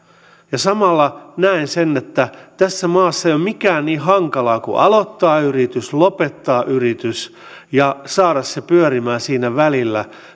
ja samalla näen sen että tässä maassa ei ole mikään niin hankalaa kuin aloittaa yritys lopettaa yritys ja saada se pyörimään siinä välillä